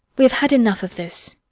we have had enough of this.